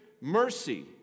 mercy